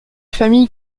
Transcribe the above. famille